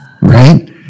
Right